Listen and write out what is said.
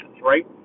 right